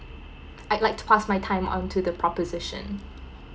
I'd like to pass my time onto the proposition